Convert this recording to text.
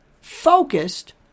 focused